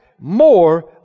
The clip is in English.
more